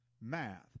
math